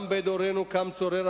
גם בדורנו קם צורר,